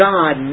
God